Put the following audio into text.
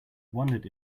wondered